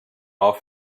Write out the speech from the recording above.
off